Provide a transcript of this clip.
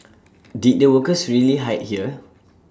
did the workers really hide here